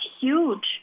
huge